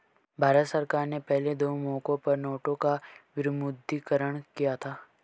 भारत सरकार ने पहले दो मौकों पर नोटों का विमुद्रीकरण किया था